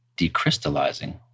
decrystallizing